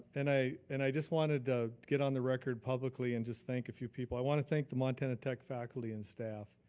and and i just wanted to get on the record publicly and just thank a few people. i wanna thank the montana tech faculty and staff.